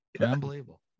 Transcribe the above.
Unbelievable